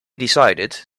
decided